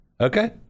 Okay